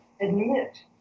admit